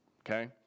Okay